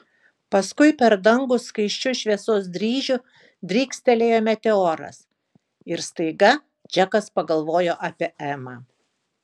paskui per dangų skaisčiu šviesos dryžiu drykstelėjo meteoras ir staiga džekas pagalvojo apie emą